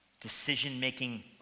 decision-making